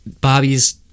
Bobby's